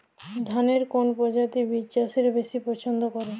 ধানের কোন প্রজাতির বীজ চাষীরা বেশি পচ্ছন্দ করে?